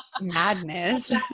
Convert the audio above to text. madness